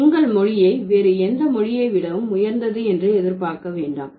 உங்கள் மொழியை வேறு எந்த மொழியை விடவும் உயர்ந்தது என்று எதிர்பார்க்க வேண்டாம்